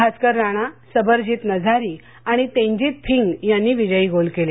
भास्कर राणा सबरजीत नझारी आणि तेनजित फिंग यांनी विजयी गोल केले